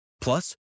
Plus